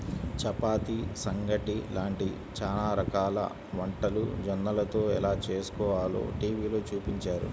చపాతీ, సంగటి లాంటి చానా రకాల వంటలు జొన్నలతో ఎలా చేస్కోవాలో టీవీలో చూపించారు